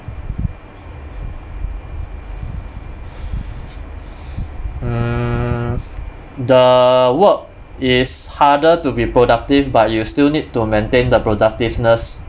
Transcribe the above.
mm the work is harder to be productive but you still need to maintain the productiveness